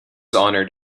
honoured